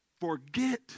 forget